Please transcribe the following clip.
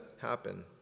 happen